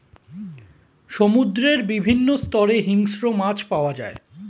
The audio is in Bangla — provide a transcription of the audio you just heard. সমুদ্রের বিভিন্ন স্তরে হিংস্র মাছ পাওয়া যায়